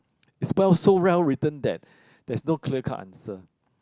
is spell so well written that there's no clear cut answer